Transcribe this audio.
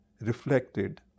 reflected